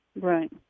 Right